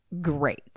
great